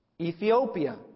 Ethiopia